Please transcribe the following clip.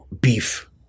beef